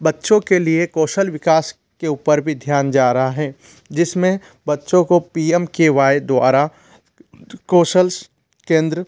बच्चों के लिए कौशल विकास के ऊपर भी ध्यान जा रहा है जिसमें बच्चों को पी एम के द्वारा कौशल केंद्र